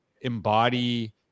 embody